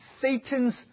Satan's